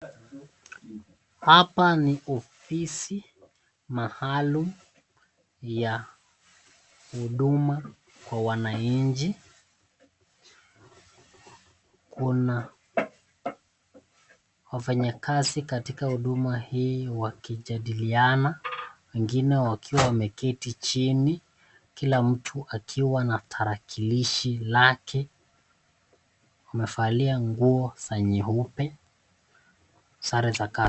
Hapa ni ofisi maalum ya huduma kwa wananchi. Kuna wafanyikazi wakijadiliana, wengine wakiwa wameketi chini. Kila mtu na tarakilishi lake amevalia nguo za nyeupe, sare za..